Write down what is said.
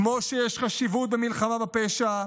כמו שיש חשיבות במלחמה בפשע,